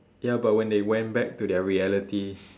ya but when they went back to their reality